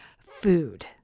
food